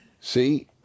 See